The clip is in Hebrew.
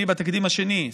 אני בתקדים השני,